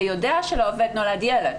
ויודע שלעובד נולד ילד.